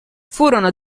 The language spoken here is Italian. furono